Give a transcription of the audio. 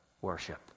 worship